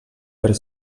per